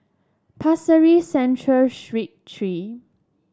Pasir Ris Central Street Three